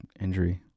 injury